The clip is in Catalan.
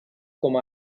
com